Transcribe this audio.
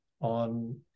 on